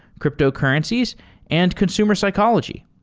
cryptocurrencies and consumer psychology.